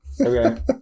Okay